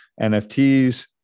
NFTs